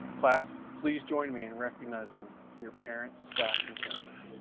class, please join me in recognizing your parents, staff, and family.